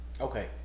Okay